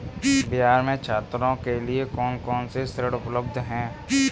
बिहार में छात्रों के लिए कौन कौन से ऋण उपलब्ध हैं?